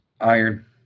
Iron